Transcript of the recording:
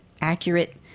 accurate